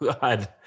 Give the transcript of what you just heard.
God